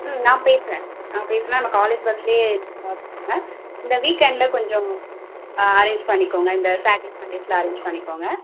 ம் நான் பேசுகிறேன் நான் பேசுனால் நம்ம காலேஜ் பஸ்லேயே நீங்கள் பார்த்துக்கோங்க இந்த வீக் எண்ட்டில் கொஞ்சம் அரேஞ்ச் பண்ணிக்கோங்க இந்த சாட்டர்டே சண்டேஸ்சில் அரேஞ்ச் பண்ணிக்கோங்க